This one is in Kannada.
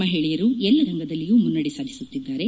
ಮಹಿಳೆಯರು ಎಲ್ಲ ರಂಗದಲ್ಲಿಯೂ ಮುನ್ನಡೆ ಸಾಧಿಸುತ್ತಿದ್ದಾರೆ